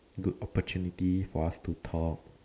good opportunity for us to talk